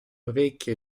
orecchie